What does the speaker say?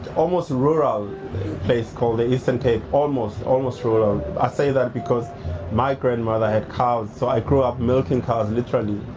almost rural place called the eastern cape, almost, almost rural. i say that because my grandmother had cows so i grew up milking cows literally.